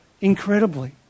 incredibly